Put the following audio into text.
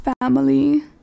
family